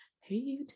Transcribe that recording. Hey